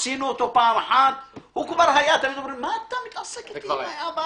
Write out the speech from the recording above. גם אתה יודע את זה.